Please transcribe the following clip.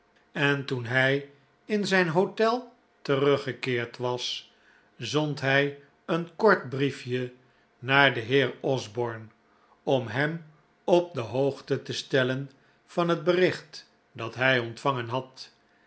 en toen hij in zijn hotel teruggekeerd was zond hij een kort brief je naar den heer osborne om hem op de hoogte te stellen van het bericht dat hij ontvangen had